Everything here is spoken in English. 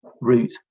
route